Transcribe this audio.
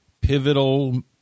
pivotal